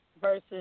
versus